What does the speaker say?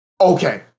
okay